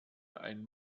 ein